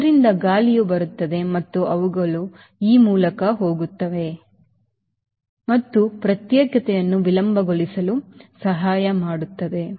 ಆದ್ದರಿಂದ ಗಾಳಿಯು ಬರುತ್ತದೆ ಮತ್ತು ಅವುಗಳು ಈ ಮೂಲಕ ಹೋಗುತ್ತವೆ ಮತ್ತು ಅದು ಪ್ರತ್ಯೇಕತೆಯನ್ನು ವಿಳಂಬಗೊಳಿಸಲು ಸಹಾಯ ಮಾಡುತ್ತದೆ